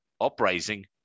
uprising